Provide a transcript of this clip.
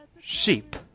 sheep